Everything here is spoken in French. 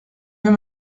veux